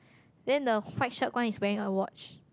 then the white shirt one is wearing a watch